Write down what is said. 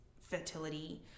fertility